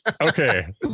Okay